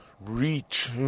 reach